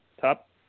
top